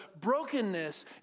brokenness